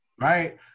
Right